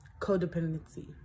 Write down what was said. codependency